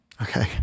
Okay